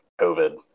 COVID